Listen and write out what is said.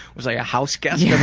was i a houseguest yeah